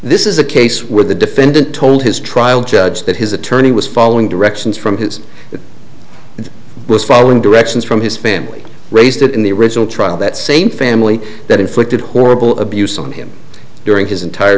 this is a case where the defendant told his trial judge that his attorney was following directions from his it was following directions from his family raised in the original trial that same family that inflicted horrible abuse on him during his entire